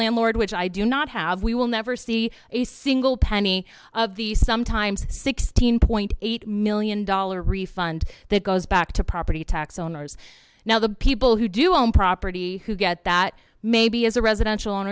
landlord which i do not have we will never see a single penny of the sometimes sixteen point eight million dollar refund that goes back to property tax owners now the people who do own property who get that maybe as a residential